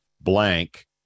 blank